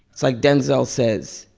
it's like denzel says,